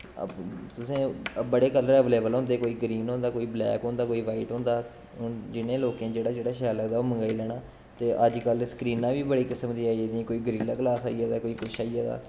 तुसें बड़े कलर अवेलेवल होंदे कोई ग्रीन होंदा कोई ब्लैक होंदा कोई वाईट होंदा जि'नें लोकें गी जेह्ड़ा जेह्ड़ा शैल लगदा ओह् मंगाई लैना ते अज्जकल स्क्रीनां बी बड़े किस्म दियां आई गेदियां कोई ग्रिल ग्लास आई गेदा कुछ आई गेदा